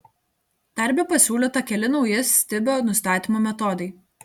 darbe pasiūlyta keli nauji stibio nustatymo metodai